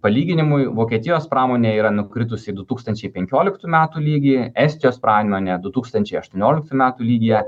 palyginimui vokietijos pramonė yra nukritusi į du tūkstančiai penkioliktų metų lygį estijos pramonė du tūkstančiai aštuonioiliktų metų lygyje